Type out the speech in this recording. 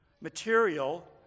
material